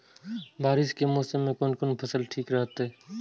बारिश के मौसम में कोन कोन फसल ठीक रहते?